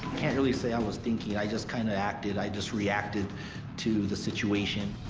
can't really say i was thinking, i just kind of acted. i just reacted to the situation.